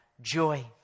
joy